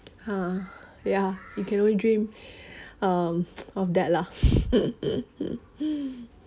uh ya you can only dream um of that lah